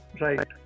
right